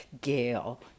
Gail